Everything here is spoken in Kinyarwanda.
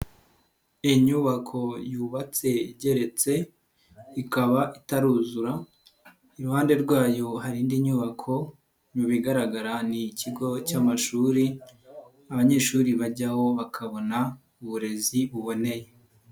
Inyubako yubatse igeretse ikaba itaruzura, iruhande rwayo hari indi nyubako mu bigaragara ni ikigo cy'amashuri abanyeshuri bajyaho bakabona uburezi buboneye.